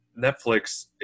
Netflix